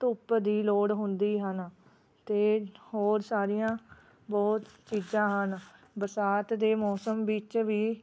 ਧੁੱਪ ਦੀ ਲੋੜ ਹੁੰਦੀ ਹਨ ਅਤੇ ਹੋਰ ਸਾਰੀਆਂ ਬਹੁਤ ਚੀਜ਼ਾਂ ਹਨ ਬਰਸਾਤ ਦੇ ਮੌਸਮ ਵਿੱਚ ਵੀ